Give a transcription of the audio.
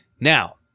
Now